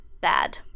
bad